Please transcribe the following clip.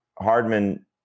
Hardman